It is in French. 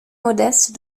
modeste